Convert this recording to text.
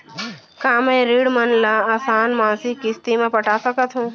का मैं ऋण मन ल आसान मासिक किस्ती म पटा सकत हो?